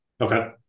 Okay